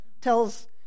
tells